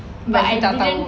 but dia tak tahu eh